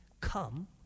come